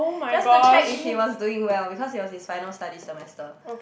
just to check if he was doing well because it was his final study semester